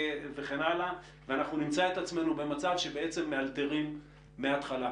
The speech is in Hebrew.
וכן הלאה ואנחנו נמצא את עצמנו במצב שבעצם מאלתרים מהתחלה.